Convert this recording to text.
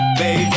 baby